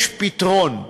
יש פתרון: